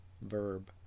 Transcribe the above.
verb